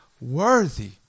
worthy